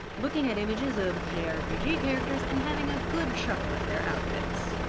looking at images of jrpg characters and having a good chuckle at their outfit.